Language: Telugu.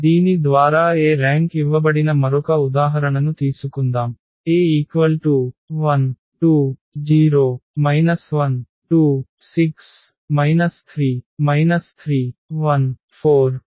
దీని ద్వారా A ర్యాంక్ ఇవ్వబడిన మరొక ఉదాహరణను తీసుకుందాం A1 2 0 1 2 6 3 3 1 4 4 5